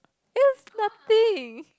it looks nothing